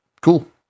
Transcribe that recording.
Cool